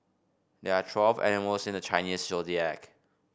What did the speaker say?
there are twelve animals in the Chinese Zodiac